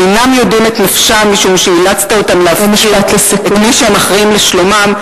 אינם יודעים את נפשם משום שאילצת אותם להפקיר את מי שהם אחראים לשלומם,